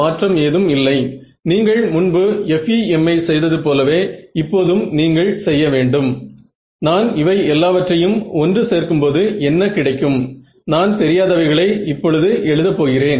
நான் மிகவும் பிரபலமான ஆண்டனா நீளத்தை தேர்ந்தெடுக்க போகிறேன்